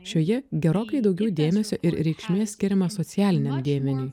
šioje gerokai daugiau dėmesio ir reikšmė skiriama socialiniam dėmeniui